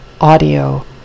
audio